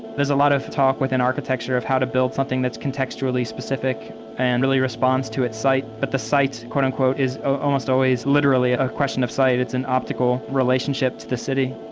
there's a lot of talk within architecture of how to build something that's contextually specific and really responds to its site, but the site and is almost always, literally, a question of site. it's an optical relationship to the city.